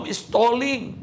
stalling